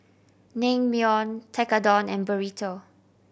Naengmyeon Tekkadon and Burrito